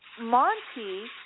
Monty